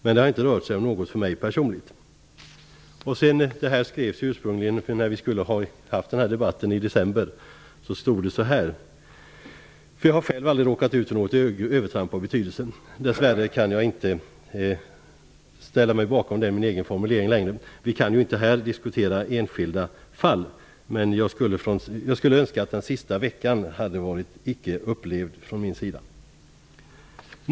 Men det har inte rört sig om något personligt för mig. Vi skulle ju ursprungligen ha haft den här debatten i december. Då hade jag tänkt säga att jag själv inte hade råkat ut för något övertramp av betydelse. Jag kan dess värre inte ställa mig bakom den formuleringen längre. Vi kan inte här diskutera enskilda fall, men jag skulle önska att jag inte hade behövt uppleva den senaste veckan.